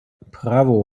bravo